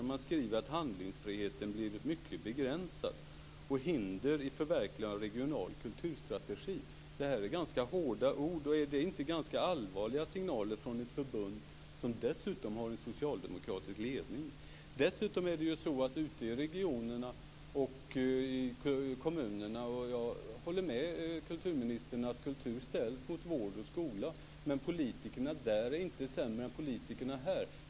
Man skriver att handlingsfriheten blir mycket begränsad. Detta är ett hinder i förverkligandet av en regional kulturstrategi. Det är ganska hårda ord. Är det inte ganska allvarliga signaler från ett förbund som dessutom har en socialdemokratisk ledning? Jag håller med kulturministern om att kultur ställs mot vård och skola ute i regionerna och kommunerna, men politikerna där är inte sämre än politikerna här.